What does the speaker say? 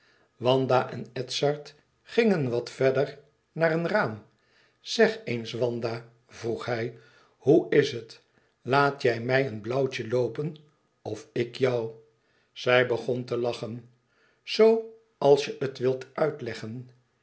wanda en edzard gingen wat verder naar een raam zeg eens wanda vroeg hij hoe is het laat jij mij een blauwtje loopen of ik jou zij begon te lachen zoo als je het wil uitleggen